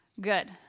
Good